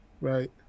right